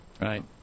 Right